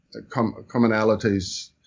commonalities